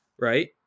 right